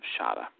Shada